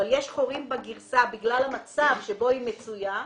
אבל יש חורים בגרסה בגלל המצב שבו היא מצויה.